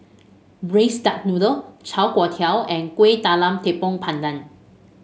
Braised Duck Noodle Char Kway Teow and Kuih Talam Tepong Pandan